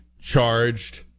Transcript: charged